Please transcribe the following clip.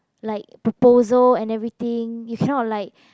like proposal and everything you cannot like